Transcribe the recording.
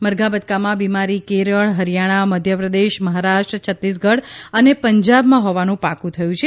મરઘા બતકામાં બિમારી કેરળ હરિયાણા મધ્યપ્રદેશ મહારાષ્ટ્ર છત્તીસગઢ અને પંજાબમાં હોવાનું પાકું થયું છે